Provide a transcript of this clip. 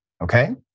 okay